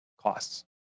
costs